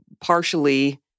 partially